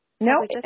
No